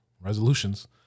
resolutions